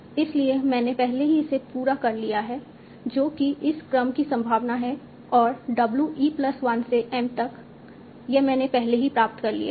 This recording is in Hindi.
इसलिए मैंने पहले ही इसे पूरा कर लिया है जो कि इस क्रम की संभावना है और W e प्लस 1 से m तक यह मैंने पहले ही प्राप्त कर लिया है